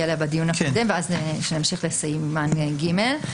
אליה בדיון הקודם ואז נמשיך לסימן ג'.